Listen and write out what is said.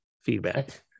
feedback